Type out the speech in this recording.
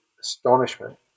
astonishment